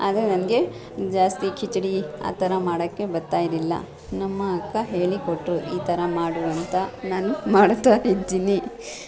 ಆದರೆ ನನಗೆ ಜಾಸ್ತಿ ಖಿಚಡಿ ಆ ಥರ ಮಾಡೋಕ್ಕೆ ಬತ್ತಾಯಿರ್ಲಿಲ್ಲ ನಮ್ಮ ಅಕ್ಕ ಹೇಳಿಕೊಟ್ಟರು ಈ ಥರ ಮಾಡು ಅಂತ ನಾನು ಮಾಡ್ತಾ ಇದ್ದೀನಿ